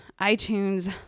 itunes